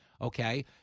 okay